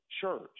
church